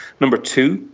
number two,